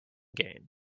gain